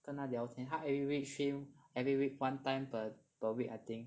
跟他聊天他 every week stream every week one time per per week I think